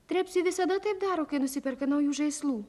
trepsė visada taip daro kai nusiperka naujų žaislų